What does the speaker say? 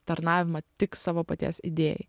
tarnavimą tik savo paties idėjai